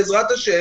בעזרת ה',